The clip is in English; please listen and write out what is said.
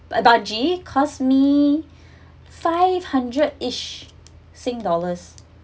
bungee cost me five hundredish sing dollars